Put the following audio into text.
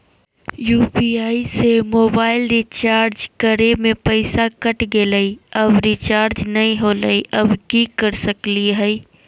UPI से mobile recharge करे में पैसा कट गेलई, पर रिचार्ज नई होलई, अब की कर सकली हई?